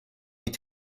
mit